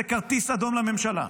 זה כרטיס אדום לממשלה,